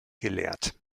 gelehrt